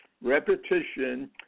repetition